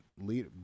lead